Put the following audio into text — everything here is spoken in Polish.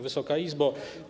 Wysoka Izbo!